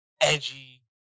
edgy